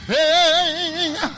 Hey